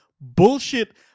bullshit